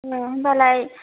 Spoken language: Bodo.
औ होमबालाय